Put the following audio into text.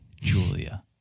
Julia